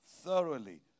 thoroughly